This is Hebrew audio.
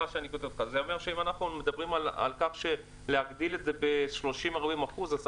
שאם אנחנו מדברים על הגדלה ב-30% 40% אז זה